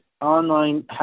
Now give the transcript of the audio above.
online